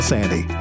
Sandy